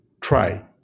try